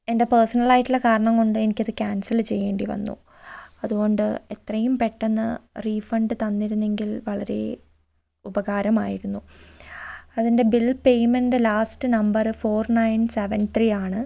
എൻ്റെ പേഴ്സണൽ ആയിട്ടുള്ള കാരണം കൊണ്ട് എനിക്കത് ക്യൻസൽ ചെയ്യേണ്ടി വന്നു അതുകൊണ്ട് എത്രയും പെട്ടെന്ന് റീഫണ്ട് തന്നിരുന്നെങ്കിൽ വളരെ ഉപകാരമായിരുന്നു അതിൻ്റെ bill payment last number four nine seven ത്രീയാണ്